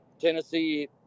Tennessee